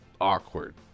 awkward